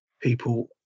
people